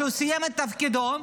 כשהוא סיים את תפקידו,